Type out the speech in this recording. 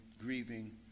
grieving